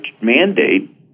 mandate